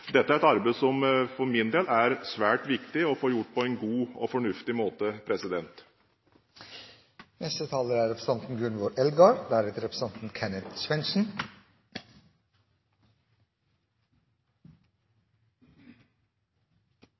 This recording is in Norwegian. Dette er et arbeid som det for min del er svært viktig å få gjort på en god og fornuftig måte. Skattytars rettssikkerheit er